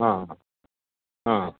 ആ ആ